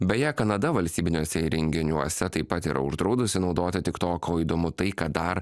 beje kanada valstybiniuose renginiuose taip pat yra uždraudusi naudoti tiktok įdomu tai kad dar